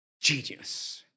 Genius